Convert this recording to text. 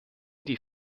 die